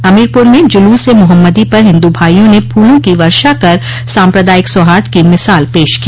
हमीरपुर में जुलूस ए मोहम्मदी पर हिन्दू भाइयों ने फूलों की वर्षा कर साम्प्रदायिक सौहार्द की मिसाल पेश की